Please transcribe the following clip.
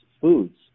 foods